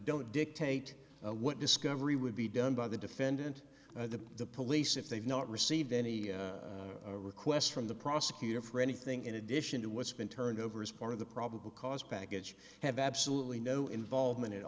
don't dictate what discovery would be done by the defendant to the police if they've not received any requests from the prosecutor for anything in addition to what's been turned over as part of the probable cause package have absolutely no involvement at